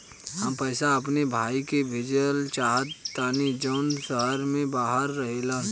हम पैसा अपने भाई के भेजल चाहत बानी जौन शहर से बाहर रहेलन